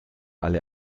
alle